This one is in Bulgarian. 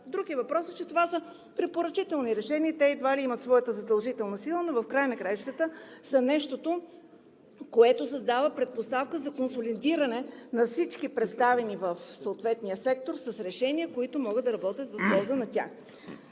Друг е въпросът, че това са препоръчителни решения и едва ли имат своята задължителна сила, но в края на краищата са нещото, което създава предпоставка за консолидиране на всички представени в съответния сектор с решения, които могат да работят в полза на тях.